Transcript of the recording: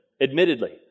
admittedly